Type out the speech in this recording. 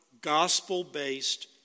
gospel-based